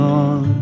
on